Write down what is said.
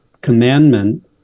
commandment